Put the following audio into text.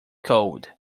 cold